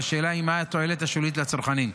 והשאלה מהי התועלת השולית לצרכנים.